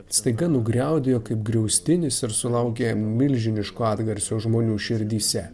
staiga nugriaudėjo kaip griaustinis ir sulaukė milžiniško atgarsio žmonių širdyse